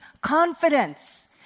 confidence